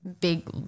big –